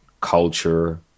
culture